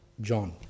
John